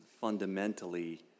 fundamentally